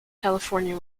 california